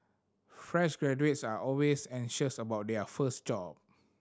fresh graduates are always anxious about their first job